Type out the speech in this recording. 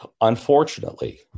Unfortunately